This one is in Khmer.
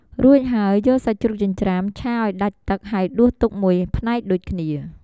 រួចហើយ យកសាច់ជ្រូកចិញ្រ្ចាំឆាឱ្យដាច់ទឹក ហើយដួសទុកមួយផ្នែកដូចគ្នា។